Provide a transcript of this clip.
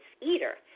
eater